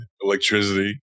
electricity